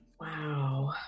Wow